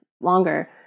longer